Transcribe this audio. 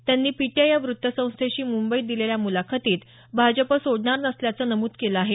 त्यांनी पीटीआय वृत्तसंस्थेला मुंबईत दिलेल्या मुलाखतीत भाजप सोडणार नसल्याचं नमुद केलं आहे